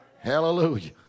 Hallelujah